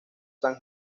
san